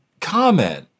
comment